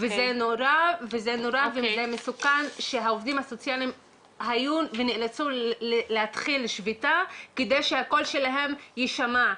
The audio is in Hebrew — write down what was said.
זה מסוכן שהעובדים הסוציאליים נאלצו להתחיל שביתה כדי שהקול שלהם יישמע.